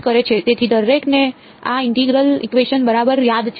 તેથી દરેકને આ ઇન્ટેગ્રલ ઇકવેશન બરાબર યાદ છે